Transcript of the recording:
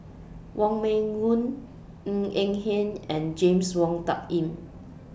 Wong Meng Voon Ng Eng Hen and James Wong Tuck Yim